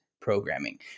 programming